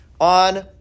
on